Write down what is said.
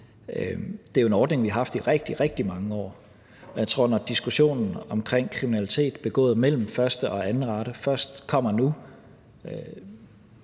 Det er jo en ordning, vi har haft i rigtig, rigtig mange år. Og jeg tror, at når diskussionen om kriminalitet begået mellem første og anden rate først kommer nu,